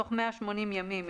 תוך 180 ימים,